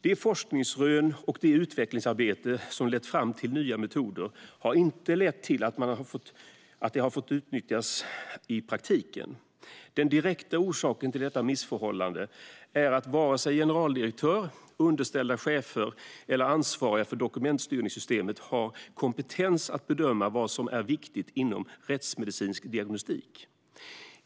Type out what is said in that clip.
De forskningsrön och det utvecklingsarbete som lett fram till nya metoder har inte lett till att de fått utnyttjas i praktiken. Den direkta orsaken till detta missförhållande är att vare sig GD, underställda chefer eller ansvariga för dokumentstyrningssystemet har kompetens att bedöma vad som är viktigt inom rättsmedicinsk diagnostik.